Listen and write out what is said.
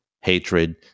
hatred